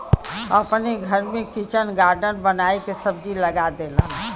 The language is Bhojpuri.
अपने घर में किचन गार्डन बनाई के सब्जी लगा देलन